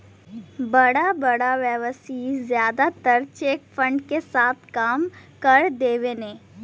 बड़ बड़ व्यवसायी जादातर चेक फ्रॉड के काम कर देवेने